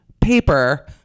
paper